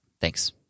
Thanks